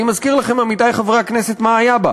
אני מזכיר לכם, עמיתי חברי הכנסת, מה היה בה: